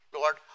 Lord